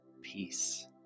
peace